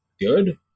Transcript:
good